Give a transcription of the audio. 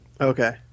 Okay